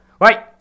Right